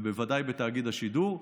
ובוודאי בתאגיד השידור.